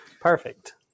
perfect